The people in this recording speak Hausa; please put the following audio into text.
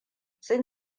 sun